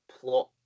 plot